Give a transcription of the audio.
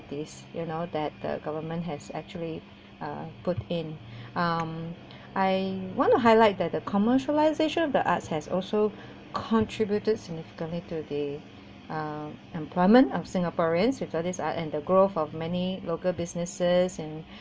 you know that the government has actually uh put in um I want to highlight that the commercialisation of the arts has also contributed significantly to the um employment of singaporeans with others are in the growth of many local businesses and